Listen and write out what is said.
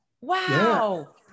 wow